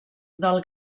del